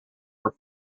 are